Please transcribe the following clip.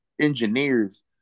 engineers